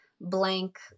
blank